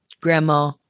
grandma